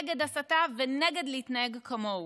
נגד הסתה ונגד להתנהג כמוהו,